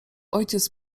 ojciec